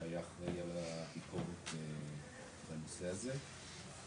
שייך לביקורת בנושא הזה.